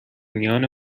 میان